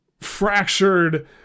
fractured